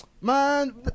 Man